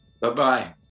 bye-bye